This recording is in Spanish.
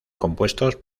compuestos